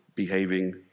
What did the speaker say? Behaving